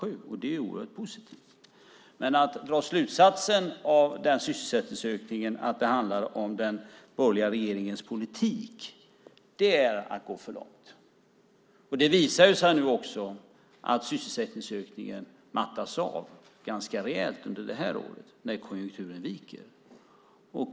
Det är oerhört positivt. Att av den sysselsättningsökningen dra slutsatsen att det handlar om den borgerliga regeringens politik är att gå för långt. Nu visar det sig också att sysselsättningsökningen mattas av ganska rejält under det här året när konjunkturen viker.